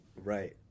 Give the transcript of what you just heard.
Right